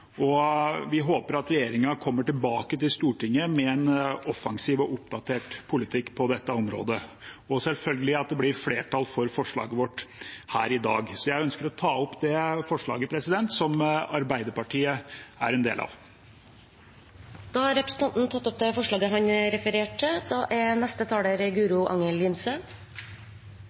Vi håper at regjeringen kommer tilbake til Stortinget med en offensiv og oppdatert politikk på dette området, og selvfølgelig at det blir flertall for forslaget vårt her i dag. Jeg ønsker å ta opp det forslaget som Arbeiderpartiet er en del av. Representanten Nils Kristen Sandtrøen har tatt opp det forslaget han refererte til.